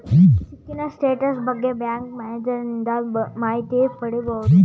ಚಿಕ್ಕಿನ status ಬಗ್ಗೆ bank ಮ್ಯಾನೇಜರನಿಂದ ಮಾಹಿತಿ ಪಡಿಬೋದು